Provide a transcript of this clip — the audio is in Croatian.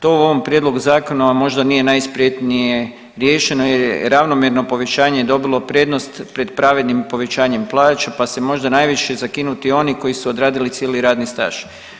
To u ovom prijedlogu zakona vam možda nije najspretnije riješeno, jer je ravnomjerno povećanje dobilo prednost pred pravednim povećanjem plaća, pa su možda najviše zakinuti oni koji su odradili cijeli radni staž.